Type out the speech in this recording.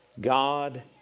God